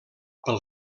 pel